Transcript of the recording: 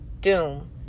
doom